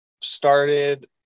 started